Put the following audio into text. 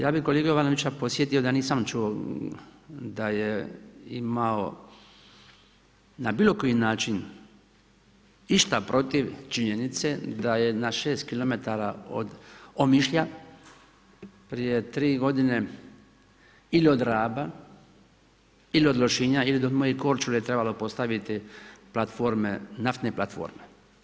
Ja bih kolegu Jovanovića podsjetio da nisam čuo da je imao na bilo koji način išta protiv činjenice da je na 6km od Omišlja prije tri godine ili od Raba ili od Lošinja ili do moje Korčule trebalo postaviti naftne platforme.